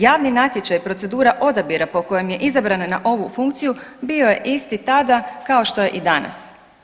Javni natječaj, procedura odabira po kojem je izabran na ovu funkciju bio je isti tada kao što je i danas.